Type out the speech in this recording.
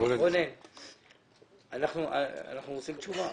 אנחנו רוצים תשובה.